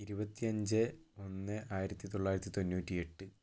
ഇരുപത്തിയഞ്ച് ഒന്ന് ആയിരത്തി തൊള്ളായിരത്തി തൊണ്ണൂറ്റിയെട്ട്